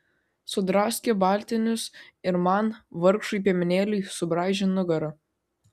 sudraskė baltinius ir man vargšui piemenėliui subraižė nugarą